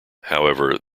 however